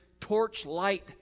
torchlight